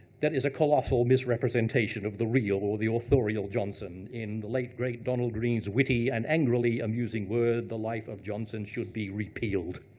that is a colossal misrepresentation of the real, or the authorial johnson. in the late great donald greene's witty, and angrily amusing word, the life of johnson should be repealed.